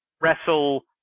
Wrestle